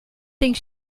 think